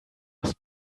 aus